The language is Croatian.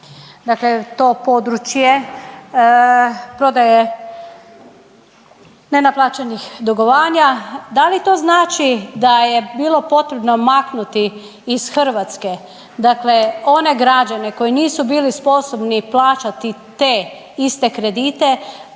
dakle to područje prodaje nenaplaćenih dugovanja. Da li to znači da je potrebno maknuti iz Hrvatske dakle one građane koji nisu bili sposobni plaćati te iste kredite